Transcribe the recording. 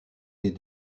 les